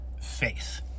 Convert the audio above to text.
faith